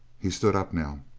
he stood up now.